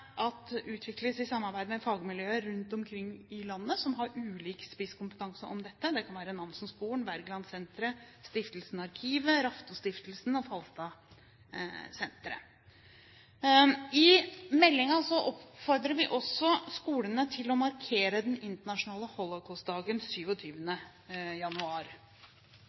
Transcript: utvikles i samarbeid med fagmiljøer som har ulik spisskompetanse om dette rundt omkring i landet. Det kan være Nansenskolen, Wergelandsenteret, Stiftelsen Arkivet, Raftostiftelsen og Falstadsenteret. I meldingen oppfordrer vi også skolene til å markere den internasjonale holocaustdagen 27. januar.